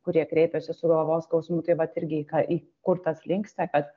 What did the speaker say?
kurie kreipiasi su galvos skausmu tai vat irgi į ką į kur tas linksta kad